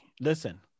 Listen